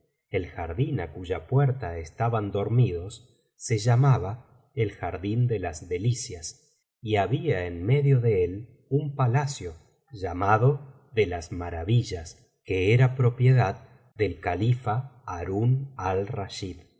el jardín á cuya puerta estaban dormidos se llamaba el jardín de las delicias y había en medio de él un palacio llamado de las maravillas que era propiedad del califa harún alrachid cuando el